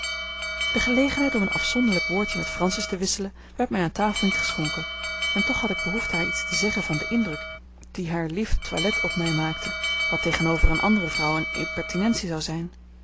de gelegenheid om een afzonderlijk woordje met francis te wisselen werd mij aan tafel niet geschonken en toch had ik behoefte haar iets te zeggen van den indruk dien haar lief toilet op mij maakte wat tegenover eene andere vrouw eene impertinentie zou zijn